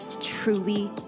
truly